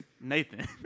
Nathan